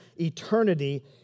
eternity